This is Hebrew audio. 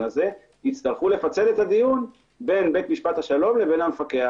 הזה ,יצטרכו לפצל את הדיון בין בית משפט השלום למפקח.